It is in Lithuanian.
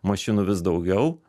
mašinų vis daugiau